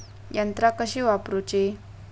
यंत्रा कशी वापरूची?